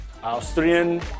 Austrian